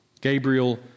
Gabriel